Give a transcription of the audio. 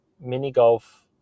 mini-golf